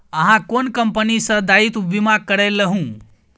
अहाँ कोन कंपनी सँ दायित्व बीमा करेलहुँ